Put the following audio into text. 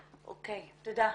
תודה.